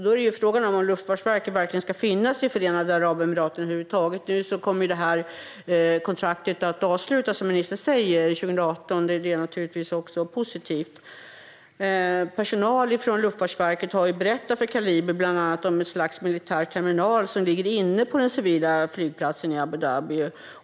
Då är ju frågan om Luftfartsverket verkligen ska finnas i Förenade Arabemiraten över huvud taget. Som ministern säger kommer det här kontraktet att avslutas 2018 - det är naturligtvis också positivt. Personal från Luftfartsverket har berättat för Kaliber bland annat om ett slags militär terminal som ligger inne på den civila flygplatsen i Abu Dhabi.